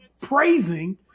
praising